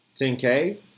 10k